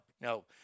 no